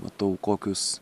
matau kokius